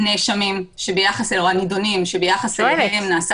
--- לא כל הנידונים שביחס אליהם נעשה